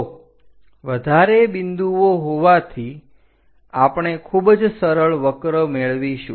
તો વધારે બિંદુઓ હોવાથી આપણે ખૂબ જ સરળ વક્ર મેળવીશું